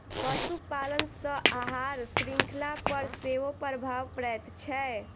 पशुपालन सॅ आहार शृंखला पर सेहो प्रभाव पड़ैत छै